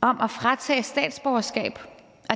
om at fratage statsborgerskab,